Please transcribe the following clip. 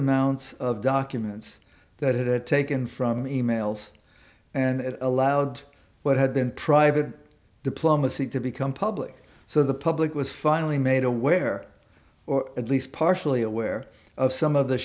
amounts of documents that it had taken from e mails and allowed what had been private diplomacy to become public so the public was finally made aware or at least partially aware of some of the